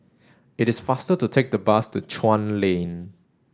it is faster to take the bus to Chuan Lane